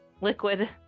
liquid